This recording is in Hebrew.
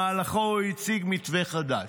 ובמהלכו הוא הציג מתווה חדש.